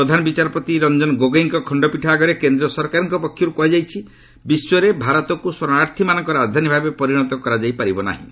ପ୍ରଧାନ ବିଚାରପତି ରଞ୍ଜନ ଗୋଗୋଇଙ୍କ ଖଣ୍ଡପୀଠ ଆଗରେ କେନ୍ଦ୍ର ସରକାରଙ୍କ ପକ୍ଷରୁ କୁହାଯାଇଛି ବିଶ୍ୱରେ ଭାରତକ୍ ଶରଣାର୍ଥୀମାନଙ୍କ ରାଜଧାନୀ ଭାବେ ପରିଣତ କରାଯାଇ ପାରିବ ନାହିଁ